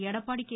Edappadi K